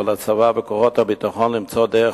ועל הצבא וכוחות הביטחון למצוא דרך